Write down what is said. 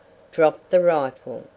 dropped the rifle,